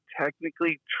technically